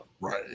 right